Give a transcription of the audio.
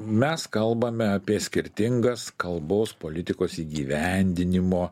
mes kalbame apie skirtingas kalbos politikos įgyvendinimo